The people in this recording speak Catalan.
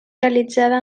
realitzada